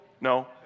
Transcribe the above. no